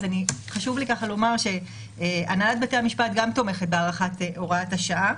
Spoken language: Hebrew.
חשוב לי לומר שהנהלת בתי המשפט גם תומכת בהארכת הוראת השעה.